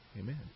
Amen